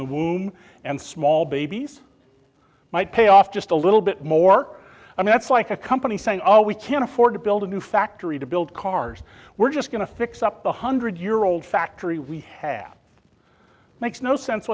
the womb and small babies might pay off just a little bit more and that's like a company saying oh we can't afford to build a new factory to build cars we're just going to fix up the hundred year old factory we have makes no sense